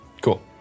Cool